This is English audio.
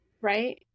right